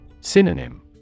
Synonym